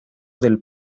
del